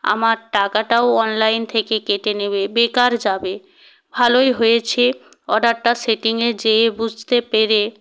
আমার টাকাটাও অনলাইন থেকে কেটে নেবে বেকার যাবে ভালোই হয়েছে অর্ডারটা সেটিংয়ে যেয়ে বুঝতে পেরে